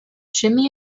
jimmy